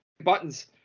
buttons